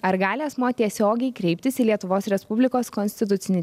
ar gali asmuo tiesiogiai kreiptis į lietuvos respublikos konstitucinį